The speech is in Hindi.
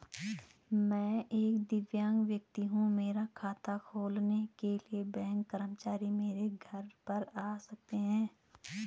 मैं एक दिव्यांग व्यक्ति हूँ मेरा खाता खोलने के लिए बैंक कर्मचारी मेरे घर पर आ सकते हैं?